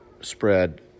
spread